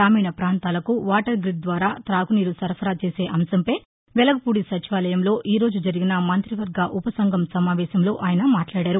గ్రామీణ ప్రాంతాలకు water grid ద్వారా తాగునీరు సరఫరా చేసే అంశంపై వెలగపూడి సచివాలయంలో ఈరోజు జరిగిన మంత్రి వర్గ ఉపసంఘం సమావేశంలో ఆయన మాట్లాడారు